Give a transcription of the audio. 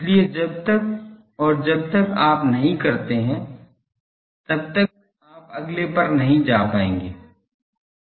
इसलिए जब तक और जब तक आप नहीं करते है तब तक आप अगले पर नहीं जा पाएंगे